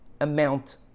amount